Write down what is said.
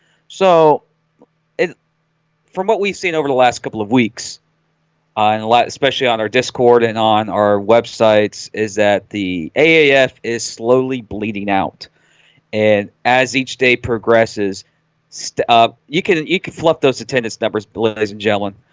so it from what we've seen over the last couple of weeks and a lot especially on our discord and on our websites is that the ah aaf is slowly bleeding out and as each day progresses stuff you can eat could fluff those attendance numbers belen. ladies and gentlemen,